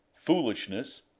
foolishness